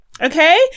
okay